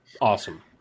awesome